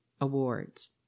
awards